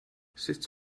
sut